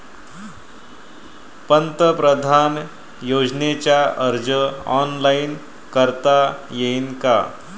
पंतप्रधान योजनेचा अर्ज ऑनलाईन करता येईन का?